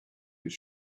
his